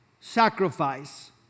sacrifice